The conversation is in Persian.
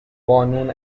بانون